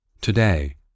Today